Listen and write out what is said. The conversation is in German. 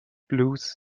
blues